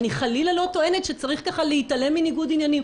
אני חלילה לא טוענת שצריך להתעלם ככה מניגוד עניינים.